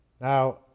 Now